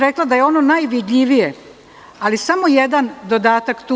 Rekla bih da je ono najvidljivije, ali samo jedan dodatak tu.